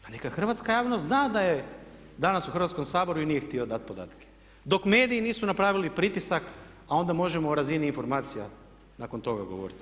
Pa neka Hrvatska javnost zna da je danas u Hrvatskom saboru i nije htio dati podatke, dok mediji nisu napravili pritisak a onda možemo na razini informacija, nakon toga govoriti.